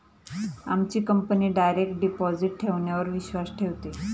आमची company direct deposit ठेवण्यावर विश्वास ठेवते